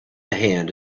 hand